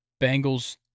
Bengals